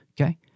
Okay